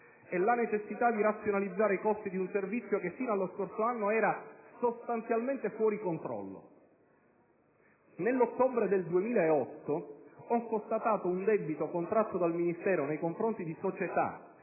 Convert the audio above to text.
la necessità di razionalizzare i costi di un servizio che, sino allo scorso anno, era sostanzialmente fuori controllo. Nell'ottobre del 2008 ho constatato un debito contratto dal Ministero nei confronti di società